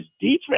defense